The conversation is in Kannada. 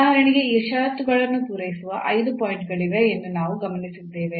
ಉದಾಹರಣೆಗೆ ಈ ಷರತ್ತುಗಳನ್ನು ಪೂರೈಸುವ 5 ಪಾಯಿಂಟ್ ಗಳಿವೆ ಎಂದು ನಾವು ಗಮನಿಸಿದ್ದೇವೆ